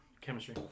chemistry